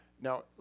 Now